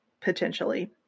potentially